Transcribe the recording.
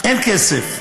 אין כסף.